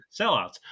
sellouts